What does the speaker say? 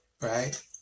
right